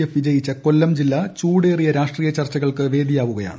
F വിജയിച്ച കൊല്ലം ജില്ല ചൂടേറിയ രാഷ്ട്രീയ ചർച്ച്കുൾക്ക് വേദിയാവുകയാണ്